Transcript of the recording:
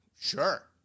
sure